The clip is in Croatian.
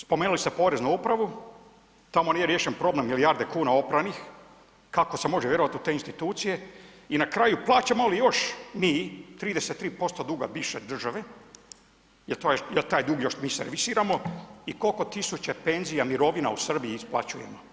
Spomenuli ste Poreznu upravu, tamo nije riješen problem milijarde kuna opranih, kako se može vjerovat u te institucije i na kraju plaćamo li još mi 33% duga bivše države, jel taj dug još mi servisiramo i koliko tisuća penzija, mirovina u Srbiji isplaćujemo?